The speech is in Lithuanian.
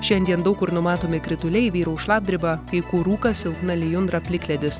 šiandien daug kur numatomi krituliai vyraus šlapdriba kai kur rūkas silpna lijundra plikledis